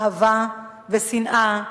אהבה ושנאה,